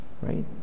right